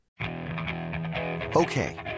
Okay